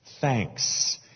thanks